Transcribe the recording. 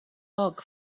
log